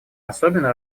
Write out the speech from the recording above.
особенно